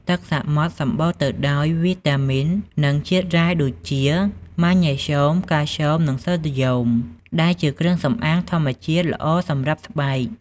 ទឹកសមុទ្រសម្បូរទៅដោយវីតាមីន និងជាតិរ៉ែដូចជា ម៉ាញ៉េស្យូម កាល់ស្យូម និងសូដ្យូម ដែលជាគ្រឿងសម្អាងធម្មជាតិល្អសម្រាប់ស្បែក។